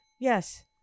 yes